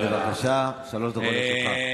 הממשלה עוסקת בחוק שמקדם את ההשתמטות